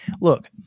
Look